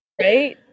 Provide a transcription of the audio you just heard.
Right